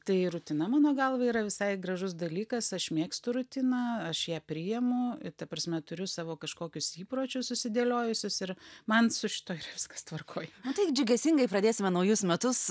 tai rutina mano galva yra visai gražus dalykas aš mėgstu rutiną aš ją priimu ta prasme turiu savo kažkokius įpročius susidėliojusius ir man su šituo viskas tvarkoj taip džiugesingai pradėsime naujus metus